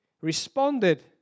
responded